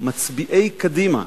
מצביעי קדימה.